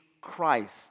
Christ